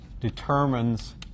determines